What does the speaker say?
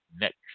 next